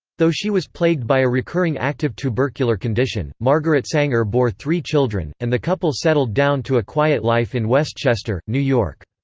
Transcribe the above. though she was plagued by a recurring active tubercular condition, margaret sanger bore three children, and the couple settled down to a quiet life in westchester, new york.